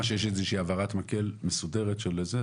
שיש איזו שהיא העברת מקל מסודרת של זה,